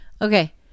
Okay